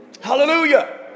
Hallelujah